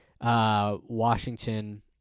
Washington